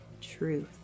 truth